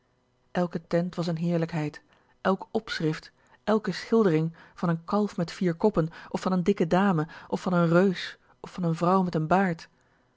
elke tent was n heerlijkheid èlk opschrift èlke schildering van n kalf met vier koppen of van n dikke dame of van n reus of van n vrouw met n baard